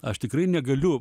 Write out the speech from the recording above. aš tikrai negaliu